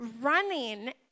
running